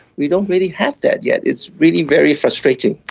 we don't really have that yet, it's really very frustrating.